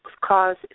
cause